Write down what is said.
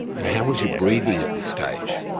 and how was your breathing at this stage?